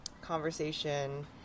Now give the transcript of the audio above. conversation